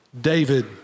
David